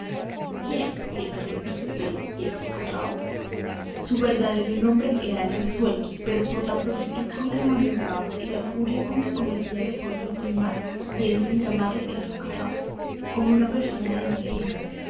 conocen bien le interrumpí pero y el socarrao su verdadero nombre era el resuelto pero por la prontitud con que maniobraba y la furia con que acometía los golpes de mar dieron en llamarle el socarrao como a una persona de mal genio